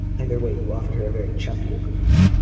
either way you offered her a very jumpy agreement.